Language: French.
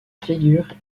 figure